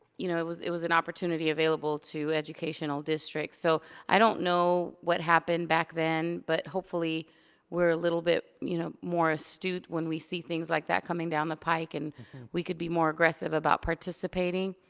you know it was it was an opportunity available to educational districts. so, i don't know what happened back then, but hopefully we're a little bit you know more astute when we see things like that coming down the pike. and we could be more aggressive about participating.